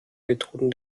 methoden